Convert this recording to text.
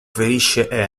ferisce